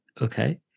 Okay